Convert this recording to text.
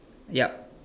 yup